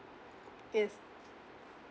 yes